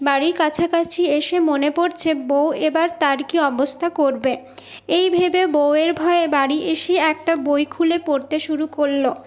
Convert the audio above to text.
বাড়ির কাছাকাছি এসে মনে পড়ছে বউ এবার তার কী অবস্থা করবে এই ভেবে বউয়ের ভয়ে বাড়ি এসেই একটা বই খুলে পড়তে শুরু করল